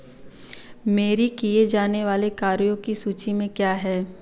मेरी किए जाने वाले कार्यों की सूची में क्या है